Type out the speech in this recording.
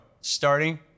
starting